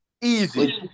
Easy